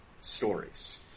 stories